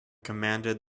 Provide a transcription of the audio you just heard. commanded